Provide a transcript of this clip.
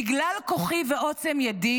בגלל כוחי ועוצם ידי,